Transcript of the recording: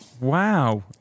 Wow